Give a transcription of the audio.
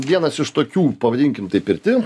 vienas iš tokių pavadinkim tai pirti